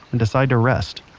and decide to rest.